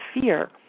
fear